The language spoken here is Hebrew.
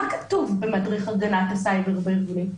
מה כתוב במדריך הגנת הסייבר בארגונים?